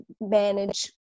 manage